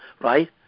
right